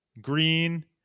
green